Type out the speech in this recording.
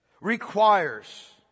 requires